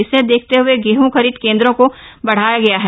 इसे देखते हए गेहं खरीद केन्द्रों को बढ़ाया गया है